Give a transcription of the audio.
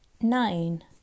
nine